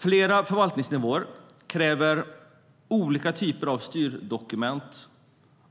Flera förvaltningsnivåer kräver olika typer av styrdokument